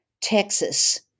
Texas